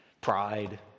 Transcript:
Pride